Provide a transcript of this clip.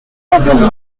avenue